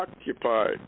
occupied